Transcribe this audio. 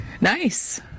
nice